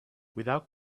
without